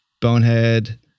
Bonehead